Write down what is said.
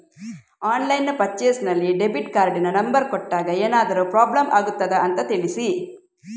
Online purchase ನಲ್ಲಿ debit ಕಾರ್ಡಿನ number ಕೊಟ್ಟಾಗ ಏನಾದರೂ ಪ್ರಾಬ್ಲಮ್ ಆಗುತ್ತದ ಅಂತ ತಿಳಿಸಿ?